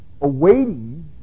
awaiting